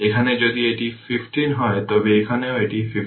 এখানে যদি এটি 15 হয় তবে এখানেও এটি 15